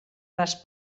les